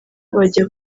bajya